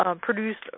produced